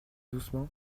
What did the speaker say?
doucement